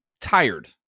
tired